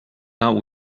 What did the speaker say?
out